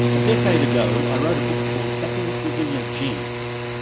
a decade ago, i wrote a book called happiness is in your genes.